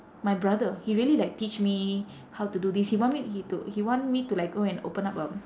my brother he really like teach me how to do this he want me he to he want me to like go and open up a